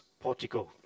portico